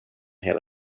hela